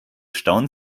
stauen